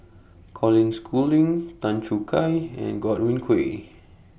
Colin Schooling Tan Choo Kai and Godwin Koay